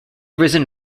risen